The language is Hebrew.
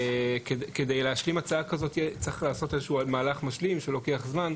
כדי להשלים הצעה כזאת צריך לעשות מהלך משלים שלוקח זמן.